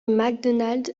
macdonald